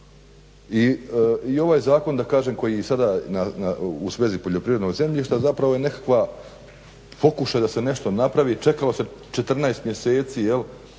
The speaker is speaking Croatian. da kažem, koji je sada u svezi poljoprivrednog zemljišta zapravo je nekakva, pokušaj da se nešto napravi. Čekalo se 14 mjeseci,